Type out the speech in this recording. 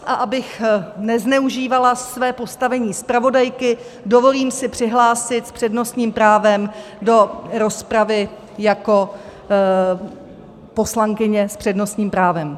A abych nezneužívala své postavení zpravodajky, dovolím si přihlásit přednostním právem do rozpravy jako poslankyně s přednostním právem.